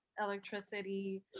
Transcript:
electricity